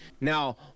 Now